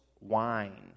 wine